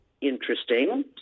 interesting